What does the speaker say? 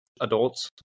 adults